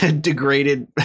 degraded